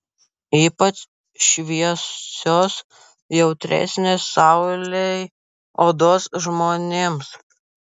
ypač šviesios jautresnės saulei odos žmonėms